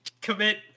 commit